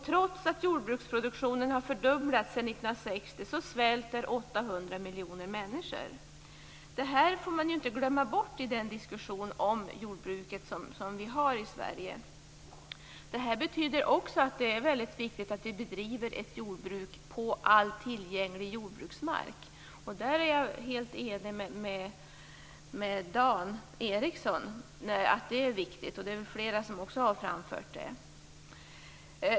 Trots att jordbruksproduktionen har fördubblats sedan 1960 svälter 800 miljoner människor. Det här får man inte glömma bort i diskussionen om jordbruket i Sverige. Det betyder också att det är väldigt viktigt att vi bedriver ett jordbruk på all tillgänglig jordbruksmark. Där är jag helt enig med Dan Ericsson att det är viktigt - det är fler som framfört det.